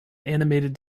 animated